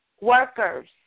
workers